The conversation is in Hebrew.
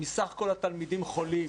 מסך כל התלמידים חולים.